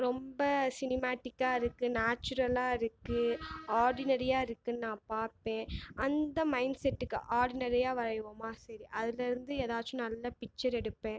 ரொம்ப சினிமேடிக்காக இருக்குது நேச்சுரலாக இருக்குது ஆர்டினரியாக இருக்குன்னு நான் பார்ப்பேன் அந்த மைண்ட் செட்டுக்கு ஆர்டினரியாக வரையுவோமா சரி அதில் இருந்து ஏதாச்சும் நல்ல பிக்சர் எடுப்பேன்